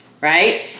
Right